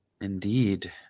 indeed